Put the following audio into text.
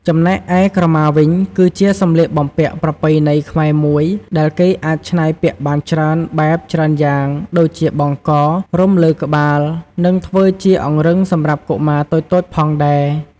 ចំណែកឯក្រម៉ាវិញគឺជាសម្លៀកបំពាក់ប្រពៃណីខ្មែរមួយដែលគេអាចឆ្នៃពាក់បានច្រើនបែបច្រើនយ៉ាងដូចជាបង់ក រុំលើក្បាលនិងធ្វើជាអង្រឹងសម្រាប់កុមារតូចៗផងដែរ។